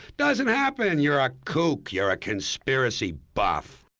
doesn't happen! and you're a kook! you're a conspiracy buff!